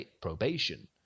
probation